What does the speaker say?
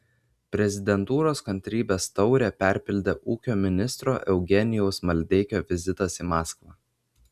prezidentūros kantrybės taurę perpildė ūkio ministro eugenijaus maldeikio vizitas į maskvą